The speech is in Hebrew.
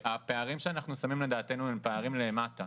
הפערים שאנחנו שמים לדעתנו הם פערים כלפי מטה,